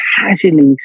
casually